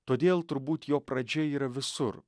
todėl turbūt jo pradžia yra visur